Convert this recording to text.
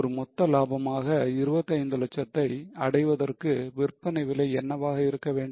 ஒரு மொத்த லாபமாக 25 லட்சத்தை அடைவதற்கு விற்பனை விலை என்னவாக இருக்கவேண்டும்